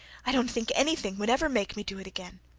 i don't think anything would ever make me do it again.